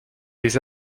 des